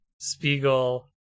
Spiegel